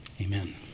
Amen